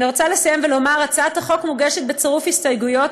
אני רוצה לסיים ולומר: הצעת החוק מוגשת בצירוף הסתייגויות,